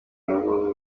nabo